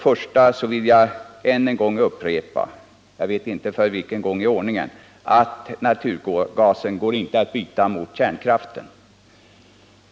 Jag vill än en gång upprepa —-jag vet inte för vilken gång i ordningen —att kärnkraften inte går att byta mot narurgasen.